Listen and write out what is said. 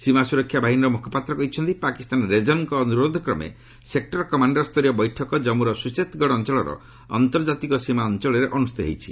ସୀମା ସୁରକ୍ଷା ବାହିନୀର ମୁଖପାତ୍ର କହିଛନ୍ତି ପାକିସ୍ତାନ ରେଞ୍ଜର୍ଙ୍କ ଅନୁରୋଧକ୍ରମେ ସେକ୍ଟର କମାଣ୍ଡରସ୍ତରୀୟ ବୈଠକ ଜନ୍ମୁର ସୁଚେତଗଡ଼ ଅଞ୍ଚଳର ଆନ୍ତର୍ଜାତିକ ସୀମା ଅଞ୍ଚଳରେ ଅନୁଷ୍ଠିତ ହୋଇଯାଇଛି